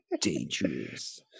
dangerous